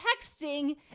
texting